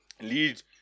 lead